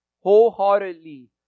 wholeheartedly